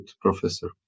professor